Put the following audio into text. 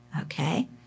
Okay